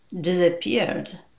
disappeared